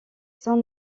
son